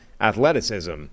athleticism